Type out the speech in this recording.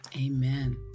Amen